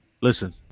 Listen